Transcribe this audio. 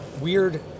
weird